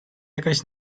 jakaś